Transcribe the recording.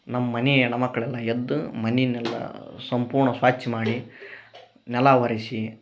ನಮ್ಮನಿ ಹೆಣ್ಮಕ್ಳೆಲ್ಲ ಎದ್ದು ಮನಿನೆಲ್ಲ ಸಂಪೂರ್ಣ ಸ್ವಚ್ಛ ಮಾಡಿ ನೆಲ ಒರೆಸಿ